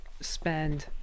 spend